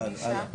מי בעד?